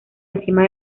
encima